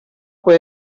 fue